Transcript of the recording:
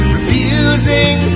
Refusing